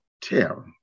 tell